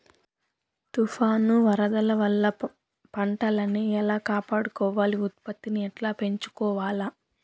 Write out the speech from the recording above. తుఫాను, వరదల వల్ల పంటలని ఎలా కాపాడుకోవాలి, ఉత్పత్తిని ఎట్లా పెంచుకోవాల?